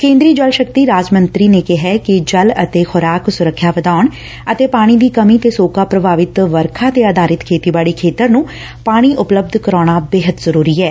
ਕੇ ਂਦਰੀ ਜਲ ਸ਼ਕਤੀ ਰਾਜ ਮੰਤਰੀ ਨੇ ਕਿਹੈ ਕਿ ਜਲ ਅਤੇ ਖੁਰਾਕ ਸੁਰੱਖਿਆ ਵਧਾਉਣ ਅਤੇ ਪਾਣੀ ਦੀ ਕਮੀ ਤੇ ਸੋਕਾ ਪ੍ਰਭਾਵਿਤ ਵਰਖਾ ਤੇ ਆਧਾਰਿਤ ਖੇਤੀਬਾੜੀ ਖੇਤਰ ਨੁੰ ਪਾਣੀ ਉਪਲੱਬਧ ਕਰਾਉਣਾ ਬੇਹੱਦ ਜ਼ਰੁਰੀ ਐ